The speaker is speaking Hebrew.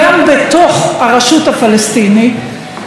גם בתוך הרשות הפלסטינית,